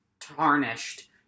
tarnished